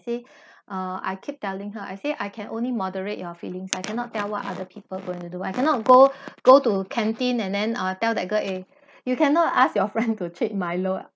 see uh I keep telling her I said I can only moderate your feelings I cannot tell what other people going to do I cannot go go to canteen and then ah tell that girl eh you cannot ask your friend to treat milo ah